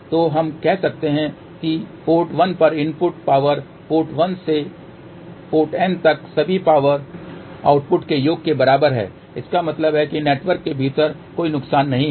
तो हम कह सकते हैं कि पोर्ट 1 पर इनपुट पावर पोर्ट 1 से पोर्ट N तक सभी पावर आउटपुट के योग के बराबर है इसका मतलब है कि नेटवर्क के भीतर कोई नुकसान नहीं है